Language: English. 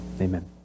amen